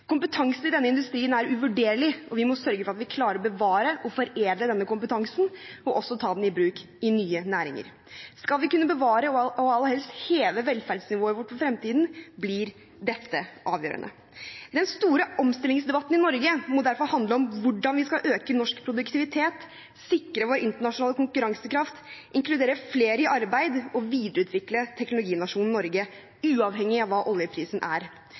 Kompetansen i denne industrien er uvurderlig. Vi må sørge for at vi klarer å bevare og foredle denne kompetansen, og også ta den i bruk i nye næringer. Skal vi kunne bevare og aller helst heve velferdsnivået vårt i fremtiden, blir dette avgjørende. Den store omstillingsdebatten i Norge må derfor handle om hvordan vi skal øke norsk produktivitet, sikre vår internasjonale konkurransekraft, inkludere flere i arbeid og videreutvikle teknologinasjonen Norge, uavhengig av hva oljeprisen er.